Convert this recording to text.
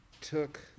took